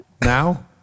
Now